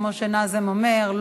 כמו שנאזם אומר,